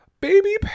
Baby